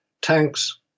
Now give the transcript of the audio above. tanks